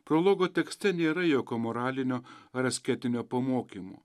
prologo tekste nėra jokio moralinio ar asketinio pamokymo